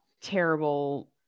terrible